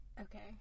Okay